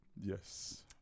Yes